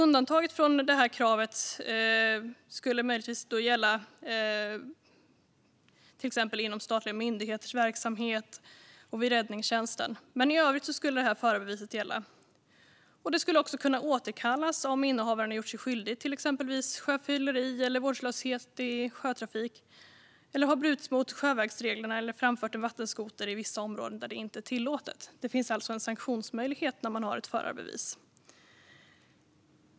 Undantag från detta krav skulle möjligtvis finnas till exempel inom statliga myndigheters verksamhet och i räddningstjänsten. Men i övrigt skulle förarbeviset gälla. Det skulle också kunna återkallas om innehavaren har gjort sig skyldig till exempelvis sjöfylleri eller vårdslöshet i sjötrafik eller om innehavaren har brutit mot sjövägsreglerna eller framfört en vattenskoter i vissa områden där det inte är tillåtet. Det finns alltså en sanktionsmöjlighet när man har ett förarbevis.